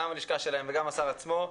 גם הלשכה שלהם וגם השר עצמו,